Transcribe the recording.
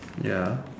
ya